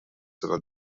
sena